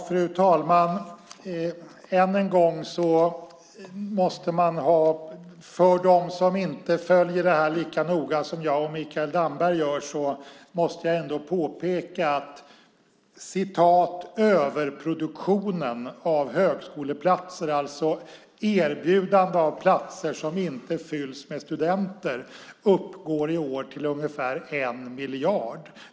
Fru talman! För dem som inte följer det här lika noga som jag och Mikael Damberg måste jag påpeka att "överproduktionen" av högskoleplatser, alltså erbjudande av platser som inte fylls med studenter, uppgår i år till ungefär 1 miljard.